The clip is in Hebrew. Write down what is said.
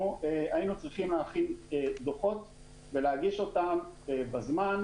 היינו צריכים להכין דוחות ולהגיש אותם בזמן,